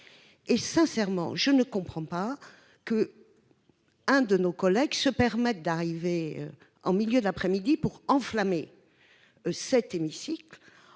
Sincèrement, je ne comprends pas que l'un de nos collègues se permette d'arriver en milieu d'après-midi pour enflammer l'hémicycle